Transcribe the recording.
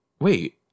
Wait